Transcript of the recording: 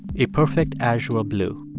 a perfect azure blue.